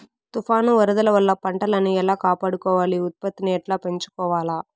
తుఫాను, వరదల వల్ల పంటలని ఎలా కాపాడుకోవాలి, ఉత్పత్తిని ఎట్లా పెంచుకోవాల?